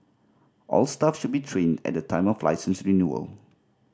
all staff should be trained at the time of licence renewal